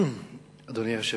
אדוני היושב-ראש,